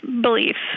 beliefs